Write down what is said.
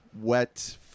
wet